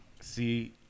See